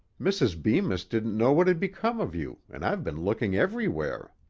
mrs. bemis didn't know what had become of you, and i've been looking everywhere.